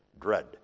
Dread